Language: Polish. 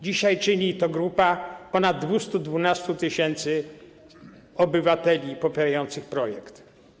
Dzisiaj czyni to grupa ponad 212 tys. obywateli popierających projekt.